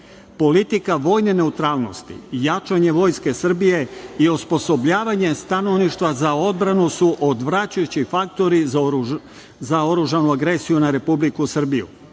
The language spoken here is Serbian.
politika vojne neutralnosti, jačanje vojske Srbije i osposobljavanje stanovništva za odbranu su odvraćajući faktori za oružanu agresiju na Republiku Srbiju.